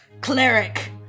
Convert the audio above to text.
cleric